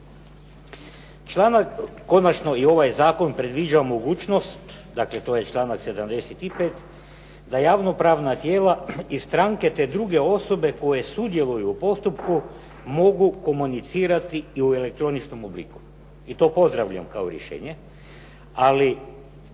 Članak, konačno i ovaj zakon predviđa mogućnost, dakle to je članak 75. da javno pravna tijela te stranke i druge osobe koje sudjeluju u postupku mogu komunicirati i u elektroničkom obliku. I to pozdravljam kao rješenje, ali